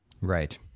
Right